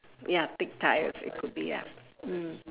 ya thick tyres it could be ya mm